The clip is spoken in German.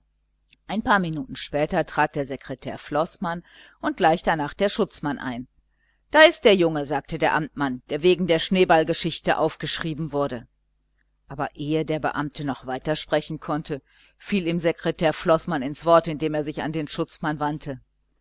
ein paar minuten später trat der sekretär floßmann und gleich darnach der schutzmann ein da ist der junge sagte der amtmann der wegen der schneeballengeschichte aufgeschrieben wurde aber ehe der beamte noch weiter sprechen konnte fiel ihm herr sekretär floßmann ins wort indem er sich an den schutzmann wandte